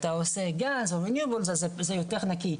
אם אתה עושה גז או אנרגיות מתחדשות אז זה יותר נקי,